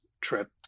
trip